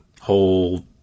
whole